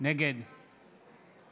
נגד